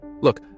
Look